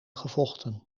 gevochten